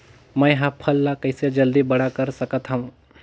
मैं ह फल ला कइसे जल्दी बड़ा कर सकत हव?